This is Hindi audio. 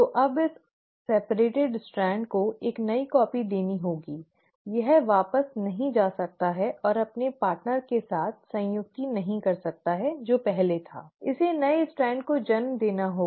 तो अब इस अलग स्ट्रैंड को एक नई कॉपी देनी होगी यह वापस नहीं जा सकता है और अपने पार्टनर के साथ संयुति नहीं कर सकता है जो पहले था इसे नए स्ट्रैंड को जन्म देना होगा